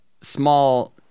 small